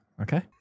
okay